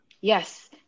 Yes